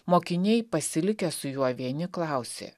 mokiniai pasilikę su juo vieni klausė